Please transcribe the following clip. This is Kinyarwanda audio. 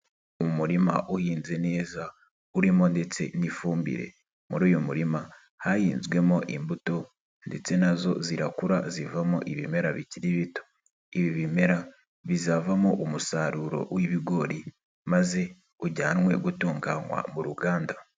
Umurima uhinze neza urimo ndetse n'ifumbire, muri uyu murima hahinzwemo imbuto ndetse nazo zirakura zivamo ibimera bikiri bito, ibi bimera bizavamo umusaruro w'ibigori maze ujyanwe gutunganywa mu ruganda.